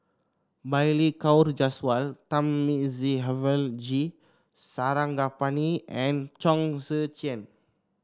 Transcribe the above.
Balli Kaur Jaswal Thamizhavel G Sarangapani and Chong Tze Chien